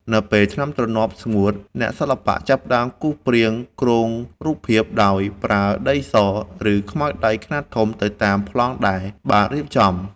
នៅពេលថ្នាំទ្រនាប់ស្ងួត អ្នកសិល្បៈចាប់ផ្ដើមគូសព្រាងគ្រោងរូបភាព ដោយប្រើដីស ឬខ្មៅដៃខ្នាតធំទៅតាមប្លង់ដែលបានរៀបចំទុក។